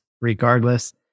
regardless